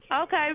Okay